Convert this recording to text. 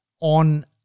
on